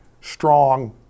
strong